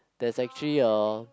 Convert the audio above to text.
there actually a